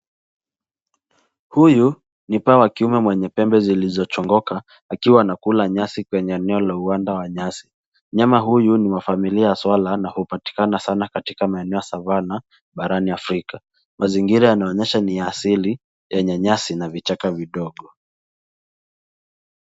Huyu ni paa wa kiume mwenye pembe zilizochongoka, akiwa anakula nyasi kwenye eneo la uwanda wa nyasi. Mnyama huyu ni wa familia ya swala na hupatikana sana katika maeneo ya savana, barani Afrika. Mazingira yanaonyesha ni ya asili yenye nyasi na vichaka vidogo.